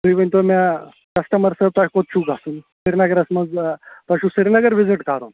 تُہۍ ؤنۍتَو مےٚ کَسٹٕمر صٲب تۅہہِ کوٚت چھُو گٔژُھن سِری نَگرس منٛز آ تۅہہِ چھُو سِری نگر وِزِٹ کَرُن